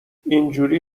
اینجوری